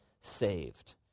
saved